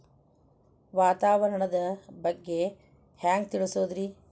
ವಾತಾವರಣದ ಬಗ್ಗೆ ಹ್ಯಾಂಗ್ ತಿಳಿಯೋದ್ರಿ?